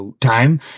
time